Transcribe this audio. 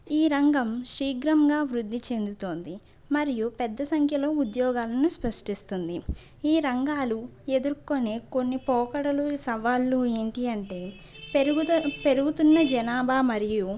ఈ రంగం శీఘ్రంగా వృద్ధి చెందుతోంది మరియు పెద్ద సంఖ్యలో ఉద్యోగాలను సృష్టిస్తుంది ఈ రంగాలు ఎదుర్కొనే కొన్ని పోకడలు సవాళ్ళు ఏంటి అంటే పెరుగుతోన పెరుగుతున్న జనాభా మరియు